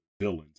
villains